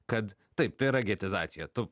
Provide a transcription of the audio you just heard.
kad taip tai yra getizacija tu